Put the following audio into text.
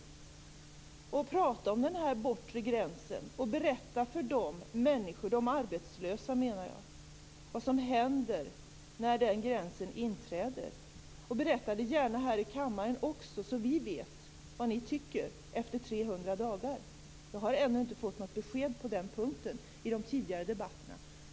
Han borde prata om den bortre gränsen och berätta för människorna där, de arbetslösa, vad som händer när den gränsen nås. Berätta det gärna också här i kammaren, så att vi vet vad ni tycker. Jag har i de tidigare debatterna inte fått något besked på den punkten.